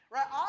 Right